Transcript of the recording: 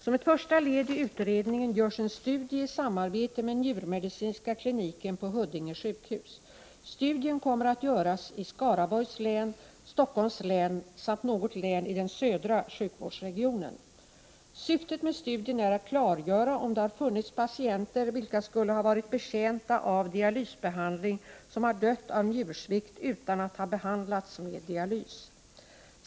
Som ett första led i utredningen görs en studie i samarbete med njurmedicinska kliniken på Huddinge sjukhus. Studien kommer att göras i Skaraborgs län, Stockholms län samt något län i den södra sjukvårdsregionen. Syftet med studien är att klargöra om det har funnits patienter vilka skulle ha varit betjänta av dialysbehandling som har dött av njursvikt utan att ha behandlats med dialys.